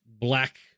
Black